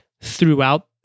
throughout